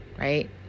right